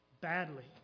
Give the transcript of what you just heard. badly